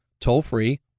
Toll-free